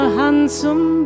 handsome